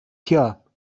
tja